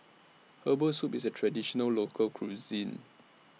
Herbal Soup IS A Traditional Local Cuisine